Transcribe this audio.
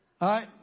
right